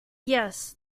yes